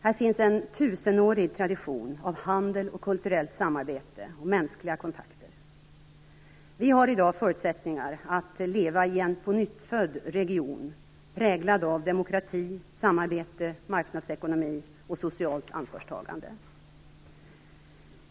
Här finns en tusenårig tradition av handel, kulturellt samarbete och mänskliga kontakter. Vi har i dag förutsättningar att leva i en pånyttfödd region - präglad av demokrati, samarbete, marknadsekonomi och socialt ansvarstagande.